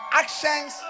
actions